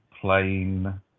plain